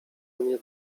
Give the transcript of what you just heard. mnie